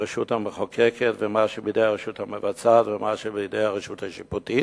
הרשות המחוקקת ומה שבידי הרשות המבצעת ומה שבידי הרשות השיפוטית,